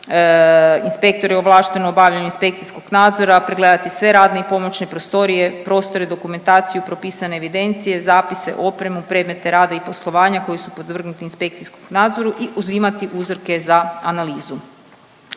inspektore ovlaštene u obavljanju inspekcijskog nadzora, pregledati sve radne i pomoćne prostorije, prostore, dokumentaciju, propisane evidencije, zapise, opremu, predmete rada i poslovanja koji su podvrgnuti inspekcijskom nadzoru i uzimati uzorke za analizu.